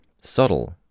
Subtle